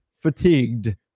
fatigued